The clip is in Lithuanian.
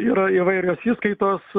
yra įvairios įskaitos